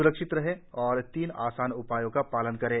स्रक्षित रहें और तीन आसान उपायों का पालन करें